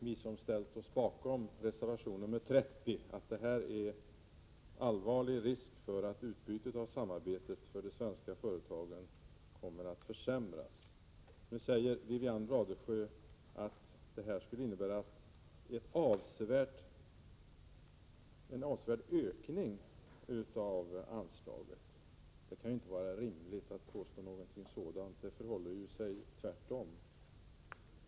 Vi som ställt oss bakom reservation 30 menar att detta medför allvarlig risk för att utbytet av samarbetet för de svenska företagen kommer att försämras. Nu sade Wivi-Anne Radesjö att regeringens beslut innebär en avsevärd ökning av anslaget. Det kan väl inte vara rimligt att påstå någonting sådant. Det förhåller sig ju tvärtom.